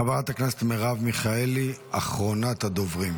חברת הכנסת מרב מיכאלי, אחרונת הדוברים.